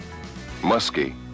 Muskie